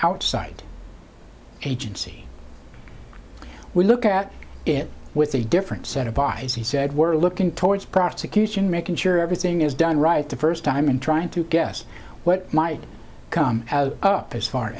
outside agency we look at it with a different set of eyes he said we're looking towards prosecution making sure everything is done right the first time and trying to guess what might come up as far